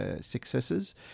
successes